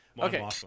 Okay